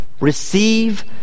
Receive